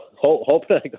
hoping